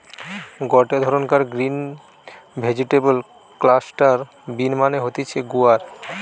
গটে ধরণকার green vegetable cluster bean মানে হতিছে গুয়ার